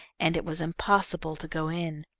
and it was impossible to go in.